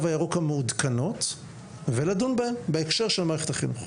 הירוק המעודכנות ולדון בהן בהקשר של מערכת החינוך.